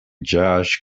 josh